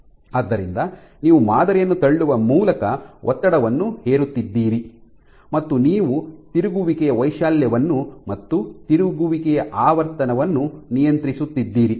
ಆದ್ದರಿಂದ ನೀವು ಮಾದರಿಯನ್ನು ತಳ್ಳುವ ಮೂಲಕ ಒತ್ತಡವನ್ನು ಹೇರುತ್ತಿದ್ದೀರಿ ಮತ್ತು ನೀವು ತಿರುಗುವಿಕೆಯ ವೈಶಾಲ್ಯವನ್ನು ಮತ್ತು ತಿರುಗುವಿಕೆಯ ಆವರ್ತನವನ್ನು ನಿಯಂತ್ರಿಸುತ್ತಿದ್ದೀರಿ